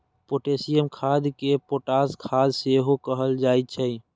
potassium खाद कें potash खाद सेहो कहल जाइ छै